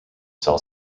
cell